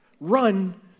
Run